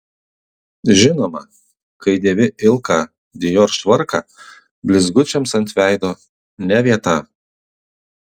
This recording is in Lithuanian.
žinoma kai dėvi ilgą dior švarką blizgučiams ant veido ne vieta